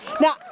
now